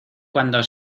cuando